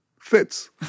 fits